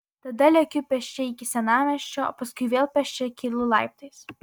tada lekiu pėsčia iki senamiesčio o paskui vėl pėsčia kylu laiptais